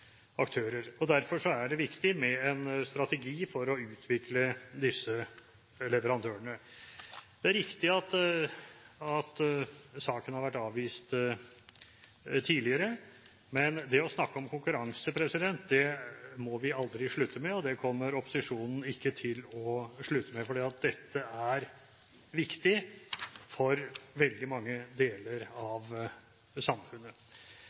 aktører. Derfor er det viktig med en strategi for å utvikle disse leverandørene. Det er riktig at saken har vært avvist tidligere, men det å snakke om konkurranse må vi aldri slutte med, og det kommer opposisjonen ikke til å slutte med. For dette er viktig for veldig mange deler av samfunnet.